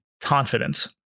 confidence